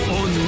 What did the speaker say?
on